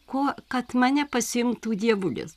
ko kad mane pasiimtų dievulis